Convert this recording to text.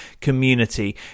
community